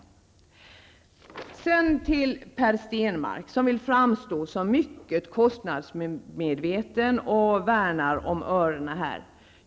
Sedan vill jag vända mig till Per Stenmarck, som vill framstå som mycket kostnadsmedveten och som värnar om örena.